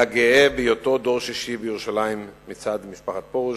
היה גאה בהיותו דור שישי בירושלים מצד משפחת פרוש,